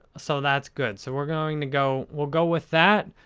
so that's good. so, we're going to go, we'll go with that.